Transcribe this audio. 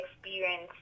experience